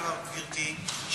גברתי,